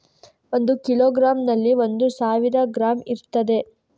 ಒಂದು ಕಿಲೋಗ್ರಾಂನಲ್ಲಿ ಒಂದು ಸಾವಿರ ಗ್ರಾಂ ಇರ್ತದೆ